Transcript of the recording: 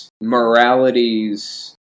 morality's